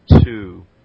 two